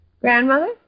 Grandmother